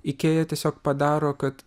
ikėja tiesiog padaro kad